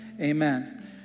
Amen